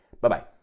Bye-bye